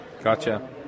Gotcha